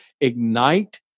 Ignite